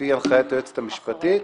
לפי הנחיית היועצת המשפטית.